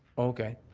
okay.